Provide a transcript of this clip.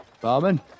Barman